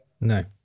No